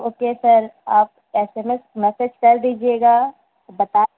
okay sir آپ S M S message کر دیجیے گا اور بتا